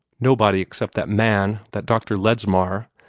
nobody except that man, that dr. ledsmar.